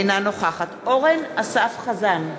אינה נוכחת אורן אסף חזן,